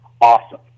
awesome